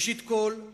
ראשית כול,